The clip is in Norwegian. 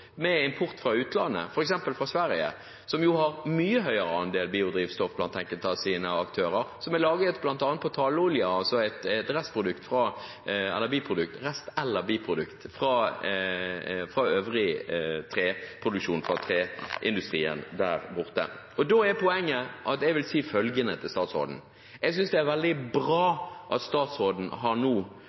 med import fra utlandet, f.eks. fra Sverige, som blant enkelte av sine aktører jo har en mye høyere andel biodrivstoff, laget av bl.a. tallolje, som er et rest- eller biprodukt fra treindustrien der borte. Da er poenget at jeg vil si følgende til statsråden: Jeg synes det er veldig bra at statsråden nå har